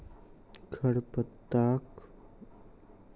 खरपातक विस्तार सरकारक लेल चिंता के विषय छल